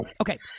Okay